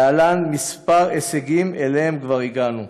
להלן כמה הישגים שאליהם כבר הגענו: